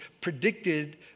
predicted